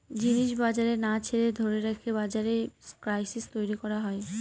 জিনিস বাজারে না ছেড়ে ধরে রেখে বাজারে ক্রাইসিস তৈরী করা হয়